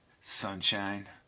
sunshine